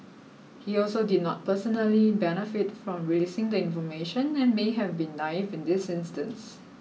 he also did not personally benefit from releasing the information and may have been naive in this instance